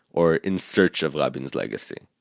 or in search of rabin's legacy.